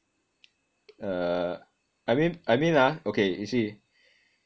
uh I mean I mean ah okay you see